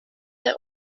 der